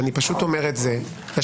אני פשוט אומר את זה -- לא,